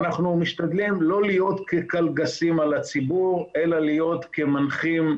ואנחנו משתדלים לא להיות כקלגסים על הציבור אלא להיות כמנחים,